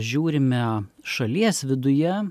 žiūrime šalies viduje